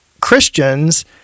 Christians